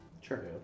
Sure